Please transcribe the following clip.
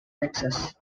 texas